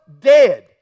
dead